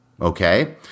okay